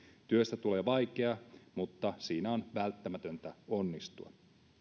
työstä tulee vaikeaa mutta siinä on välttämätöntä onnistua